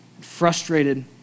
frustrated